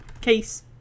case